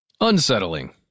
Unsettling